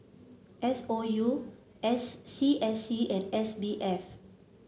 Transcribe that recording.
S O U S C S C and S B F